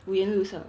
五颜六色